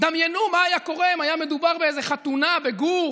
דמיינו מה היה קורה אם היה מדובר באיזו חתונה בגור